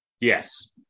Yes